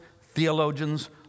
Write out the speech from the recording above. theologians